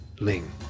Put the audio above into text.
Ling